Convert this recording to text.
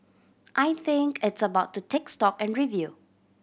I think it's about to take stock and review